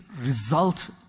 result